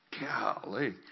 Golly